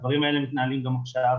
הדברים האלה מתנהלים גם עכשיו.